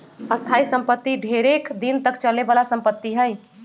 स्थाइ सम्पति ढेरेक दिन तक चले बला संपत्ति हइ